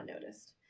noticed